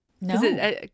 No